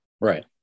Right